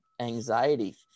anxiety